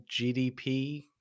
GDP